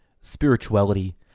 Spirituality